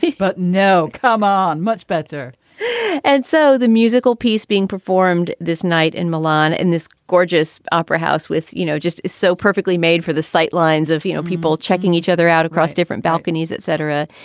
but no, come on. much better and so the musical piece being performed this night in milan in this gorgeous opera house with, you know, just so perfectly made for the sightlines of, you know, people checking each other out across different balconies, et cetera.